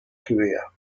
career